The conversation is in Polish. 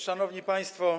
Szanowni Państwo!